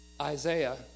Isaiah